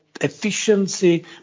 efficiency